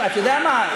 אתה יודע מה,